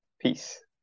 peace